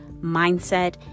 mindset